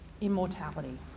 immortality